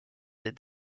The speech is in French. des